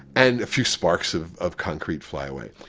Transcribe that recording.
and a few sparks of of concrete fly away,